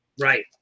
Right